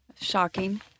Shocking